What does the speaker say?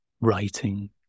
writing